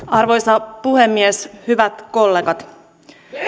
arvoisa puhemies hyvät kollegat